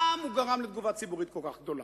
גם הוא גרם לתגובה ציבורית כל כך גדולה,